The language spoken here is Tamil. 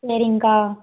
சரிங்க்கா